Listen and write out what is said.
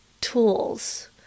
tools